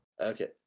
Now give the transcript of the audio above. okay